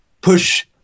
push